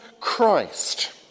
Christ